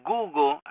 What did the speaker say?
Google